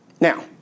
Now